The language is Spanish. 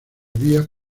vías